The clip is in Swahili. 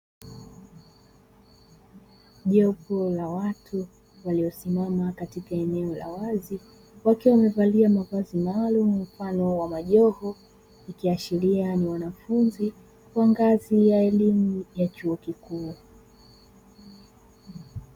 Jopo la watu waliosimama katika eneo la wazi wakiwa wamevalia mavazi maalumu mfano wa majoho ikiashiria ni wanafunzi wa ngazi ya elimu ya chuo kikuu